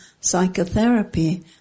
psychotherapy